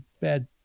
bad